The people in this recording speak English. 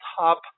top